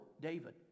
David